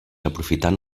aprofitant